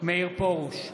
מאיר פרוש,